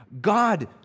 God